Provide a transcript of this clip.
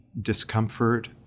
discomfort